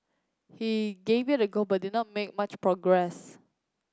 he gave it a go but did not make much progress